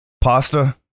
Pasta